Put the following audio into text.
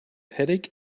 headache